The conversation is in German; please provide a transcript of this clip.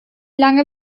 lange